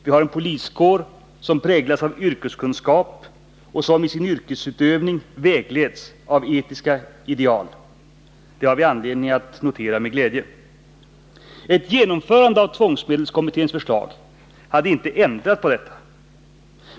Vi har en poliskår som präglas av yrkeskunskap och som i sin yrkesutövning vägleds av etiska ideal. Det har vi anledning att notera med glädje. Ett genomförande av tvångsmedelskommitténs förslag hade inte ändrat på detta.